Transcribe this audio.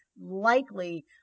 likely